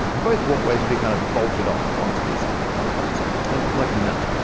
and both walkways would be kind of bolted on onto these um long bolts like a nut.